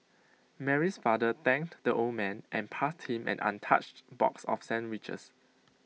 Mary's father thanked the old man and passed him an untouched box of sandwiches